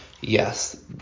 Yes